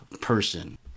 person